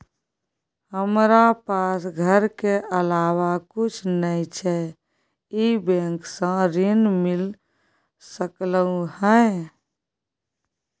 हमरा पास घर के अलावा कुछ नय छै ई बैंक स ऋण मिल सकलउ हैं?